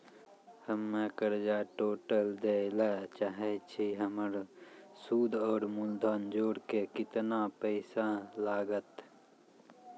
हम्मे कर्जा टोटल दे ला चाहे छी हमर सुद और मूलधन जोर के केतना पैसा लागत?